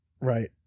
Right